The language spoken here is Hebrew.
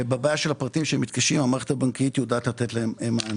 לבעיה של הפרטים שמתקשים המערכת הבנקאית יודעת לתת מענה.